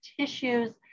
tissues